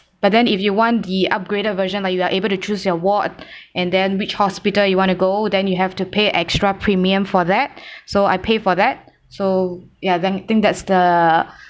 but then if you want the upgraded version like you are able to choose your ward and then which hospital you want to go then you have to pay extra premium for that so I pay for that so ya then I think that's the